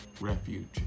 Refuge